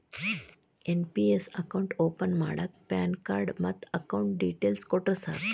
NPS account open ಮಾಡಾಕ PAN card ಮತ್ತ account details ಕೊಟ್ರ ಸಾಕ